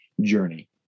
journey